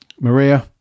maria